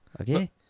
Okay